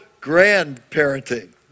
grandparenting